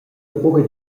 buca